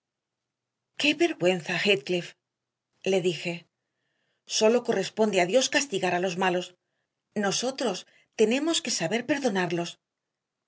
qué vergüenza heathcliff le dije sólo corresponde a dios castigar a los malos nosotros tenemos que saber perdonarlos